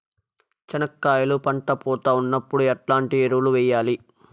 చెనక్కాయలు పంట పూత ఉన్నప్పుడు ఎట్లాంటి ఎరువులు వేయలి?